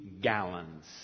gallons